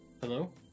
Hello